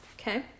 okay